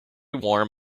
warm